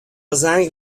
زنگ